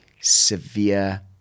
severe